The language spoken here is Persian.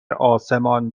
آسمان